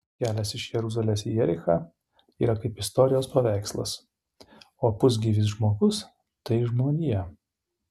kelias iš jeruzalės į jerichą yra kaip istorijos paveikslas o pusgyvis žmogus tai žmonija